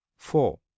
four